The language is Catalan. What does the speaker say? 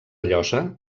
llosa